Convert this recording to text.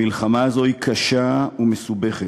המלחמה הזאת היא קשה ומסובכת,